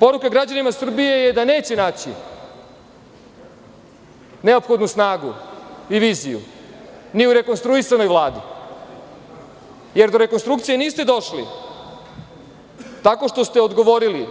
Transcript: Poruka građanima Srbije je da neće naći neophodnu snagu i viziju ni u rekonstruisanoj Vladi, jer do rekonstrukcije niste došli tako što ste odgovorili